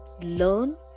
learn